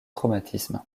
traumatisme